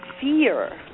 fear